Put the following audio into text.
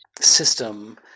system